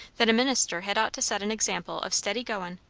that a minister had ought to set an example of steady goin',